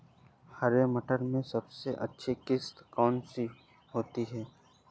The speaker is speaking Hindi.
हरे मटर में सबसे अच्छी किश्त कौन सी होती है?